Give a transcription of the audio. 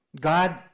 God